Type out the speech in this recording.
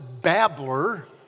babbler